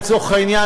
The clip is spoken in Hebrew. לצורך העניין,